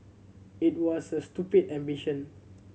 it was a stupid ambition